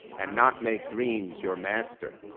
and not make dreams your master,